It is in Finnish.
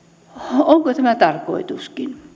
onko tämä tarkoituskin